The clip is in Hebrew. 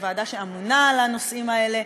שהיא הוועדה האמונה על הנושאים האלה,